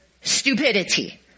Stupidity